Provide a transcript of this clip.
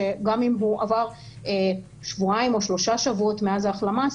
גם אם עברו שבועיים או שלושה שבועות מאז ההחלמה,